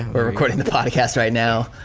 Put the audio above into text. we're recording the podcast right now.